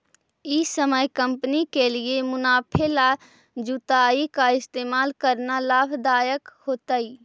ई समय कंपनी के लिए मुनाफे ला जुताई का इस्तेमाल करना लाभ दायक होतई